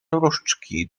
różdżki